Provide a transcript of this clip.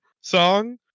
song